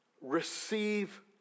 Receive